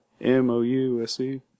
M-O-U-S-E